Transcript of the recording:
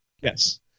Yes